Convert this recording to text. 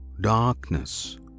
darkness